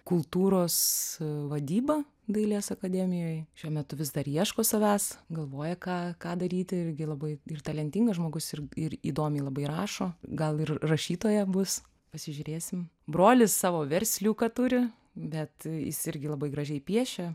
kultūros vadybą dailės akademijoj šiuo metu vis dar ieško savęs galvoja ką ką daryti irgi labai ir talentingas žmogus ir ir įdomiai labai rašo gal ir rašytoja bus pasižiūrėsim brolis savo versliuką turi bet jis irgi labai gražiai piešia